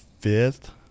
fifth